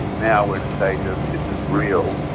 now we are in a stage of this is real,